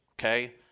okay